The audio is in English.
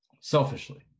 Selfishly